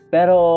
Pero